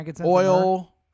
oil